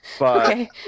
Okay